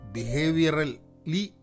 Behaviorally